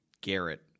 Garrett